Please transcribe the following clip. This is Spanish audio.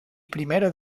primero